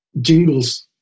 jingles